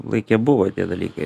laike buvo tie dalykai